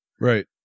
Right